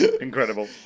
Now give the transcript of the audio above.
Incredible